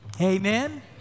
Amen